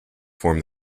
form